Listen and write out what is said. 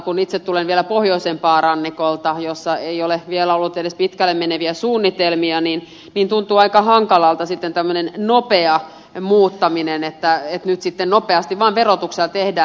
kun itse tulen vielä pohjoisempaa rannikolta jossa ei vielä ole ollut edes pitkälle meneviä suunnitelmia niin tuntuu aika hankalalta sitten tämmöinen nopea muuttaminen että nyt sitten nopeasti vaan verotuksella tehdään